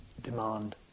demand